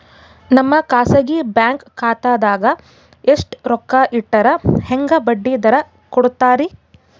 ನಮ್ಮ ಖಾಸಗಿ ಬ್ಯಾಂಕ್ ಖಾತಾದಾಗ ಎಷ್ಟ ರೊಕ್ಕ ಇಟ್ಟರ ಹೆಂಗ ಬಡ್ಡಿ ದರ ಕೂಡತಾರಿ?